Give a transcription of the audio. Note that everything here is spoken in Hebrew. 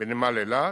בנמל אילת,